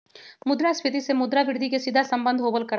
मुद्रास्फीती से मुद्रा वृद्धि के सीधा सम्बन्ध होबल करा हई